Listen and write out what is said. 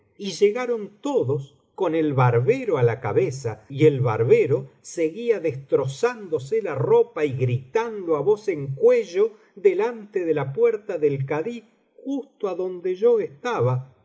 y llegaron tocios con el barbero á la cabeza y el barbero seguía destrozándose la ropa y gritando á voz en cuello delante de la puerta del kadí junto adonde yo estaba